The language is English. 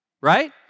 right